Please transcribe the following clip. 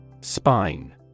Spine